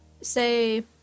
say